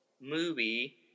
movie